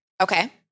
Okay